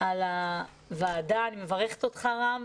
על הוועדה, אני מברכת אותך, רם.